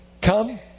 Come